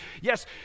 Yes